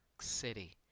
city